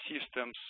systems